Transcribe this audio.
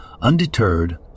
Undeterred